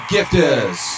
Gifters